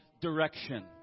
direction